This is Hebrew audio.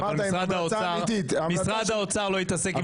אבל משרד האוצר לא התעסק עם זה,